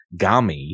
Gami